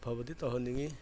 ꯑꯐꯕꯗꯤ ꯇꯧꯍꯟꯅꯤꯡꯏ